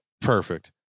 perfect